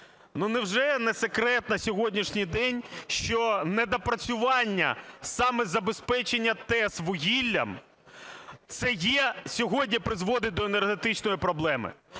невже не секрет на сьогоднішній день, що недопрацювання, саме забезпечення ТЕС вугіллям, це є… сьогодні призводить до енергетичної проблеми.